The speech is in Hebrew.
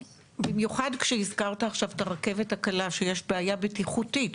במיוחד שהזכרת עכשיו את הרכבת הקלה שיש בעיה בטיחותית,